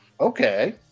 Okay